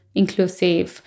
inclusive